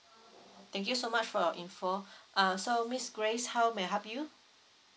thank you so much for your info uh so miss grace how may I help you